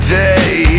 day